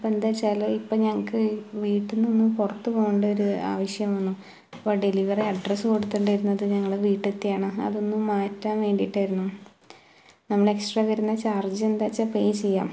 അപ്പോൾ എന്താണെന്ന് വെച്ചാല് ഇപ്പോൾ ഞങ്ങള്ക്ക് വീട്ടിൽ നിന്ന് ഒന്ന് പുറത്ത് പോകണ്ട ഒരാവശ്യം വന്നു അപ്പോൾ ഡെലിവറി അഡ്രസ് കൊടുത്തിട്ടുണ്ടായിരുന്നത് ഞങ്ങള് വീട്ടിലത്തെയാണ് അതൊന്നു മാറ്റാന് വേണ്ടിയിട്ട് ആയിരുന്നു നമ്മൾ എക്സ്ട്ര വരുന്ന ചാര്ജ് എന്താണെന്ന് വെച്ചാൽ പേ ചെയ്യാം